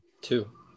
Two